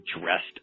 dressed